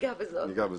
ניגע בזה.